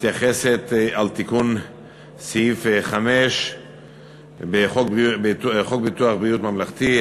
מתייחסת לתיקון סעיף 5 בחוק ביטוח בריאות ממלכתי,